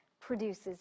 produces